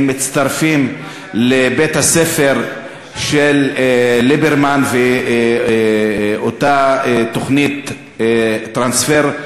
הן מצטרפות לבית-הספר של ליברמן ולאותה תוכנית טרנספר.